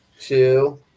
two